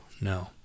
no